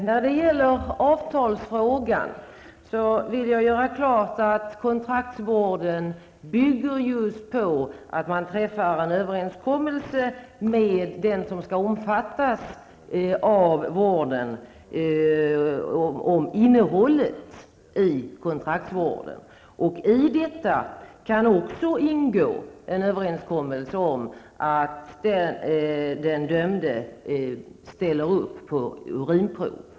Herr talman! Jag vill göra klart att kontraktsvården bygger just på att man träffar en överenskommelse med den som skall omfattas av vården om innehållet i kontraktsvården. I detta kan också ingå en överenskommelse om att den dömde ställer upp på urinprov.